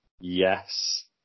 yes